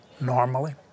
normally